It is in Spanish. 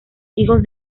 hijos